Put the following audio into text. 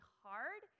hard